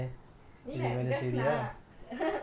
!huh! அதுக்குள்ளயா:athukulaaya